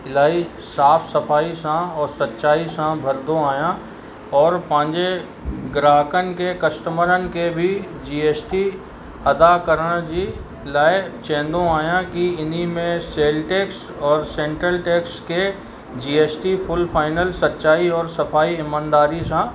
इलाही साफ़ु सफ़ाई सां और सचाई सां भरंदो आहियां और पंहिंजे ग्राहकनि खे कस्टमरनि खे बि जी एस टी अदा करण जी लाइ चवंदो आहियां कि इन्हीअ में सेल टैक्स और सैंट्रल टैक्स खे G S T full final सचाई और सफ़ाई ईमानदारीअ सां